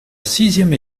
sixième